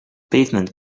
pavement